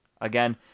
Again